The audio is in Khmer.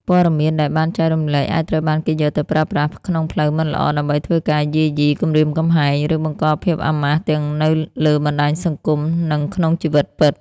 ព័ត៌មានដែលបានចែករំលែកអាចត្រូវបានគេយកទៅប្រើប្រាស់ក្នុងផ្លូវមិនល្អ ដើម្បីធ្វើការយាយី គំរាមកំហែង ឬបង្កភាពអាម៉ាស់ទាំងនៅលើបណ្តាញសង្គម និងក្នុងជីវិតពិត។